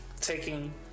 taking